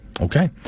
Okay